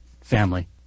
family